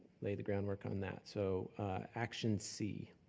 lay the groundwork on that. so action c.